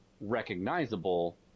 recognizable